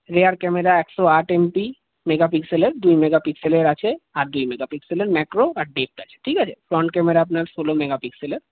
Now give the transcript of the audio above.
রিয়ার camera একশো আট MP mega পিক্সেলের দুই মেগা পিক্সেলের আছে আর দুই মেগা পিক্সেলের ম্যাক্রো আর ডেপ্থ আছে ঠিক আছে ফ্রন্ট ক্যামেরা আপনার ষোলো মেগা পিক্সেলের